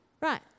right